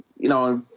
you know,